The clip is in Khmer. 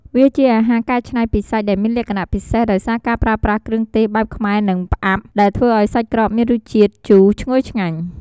វាជាអាហារកែច្នៃពីសាច់ ដែលមានលក្ខណៈពិសេសដោយសារការប្រើប្រាស់គ្រឿងទេសបែបខ្មែរ និង ផ្អាប់ដែលធ្វើឱ្យសាច់ក្រកមានរសជាតិជូរឈ្ងុយឆ្ងាញ់។